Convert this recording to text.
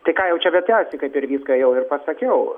tai ką jau čia betęsti kaip ir viską jau ir pasakiau